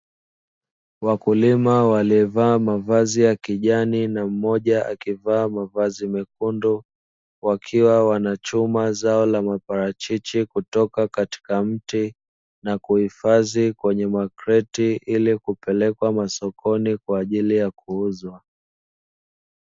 Wakulima waliovaa mavazi ya kijani na mmoja akivaa mavazi mekundu wakiwa wanachuma zao la maparachichi, kutoka katika mti na kuhifadhi kwenye makreti ili kupelekwa masokoni kwa ajili ya kuuzwa.